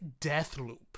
Deathloop